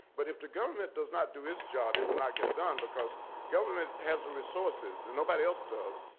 but if the government does not do its job, it will not get done because government has the resources, and nobody else does,